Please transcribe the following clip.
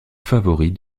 favoris